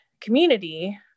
community